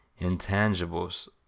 intangibles